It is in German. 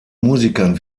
musikern